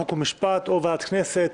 חוק ומשפט או לוועדת הכנסת.